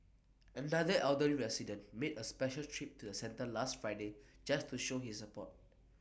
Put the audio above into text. another elderly resident made A special trip to the centre last Friday just to show his support